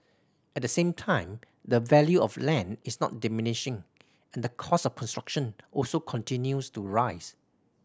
at the same time the value of land is not diminishing and the cost of construction also continues to rise